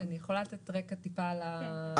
אני יכולה לתת רקע טיפה על ההקשר.